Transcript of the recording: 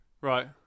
Right